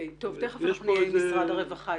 תכף נשמע את משרד הרווחה.